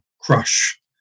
crush